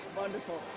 wonderful,